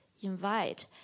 invite